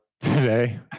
today